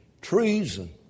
Treason